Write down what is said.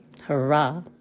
hurrah